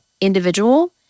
individual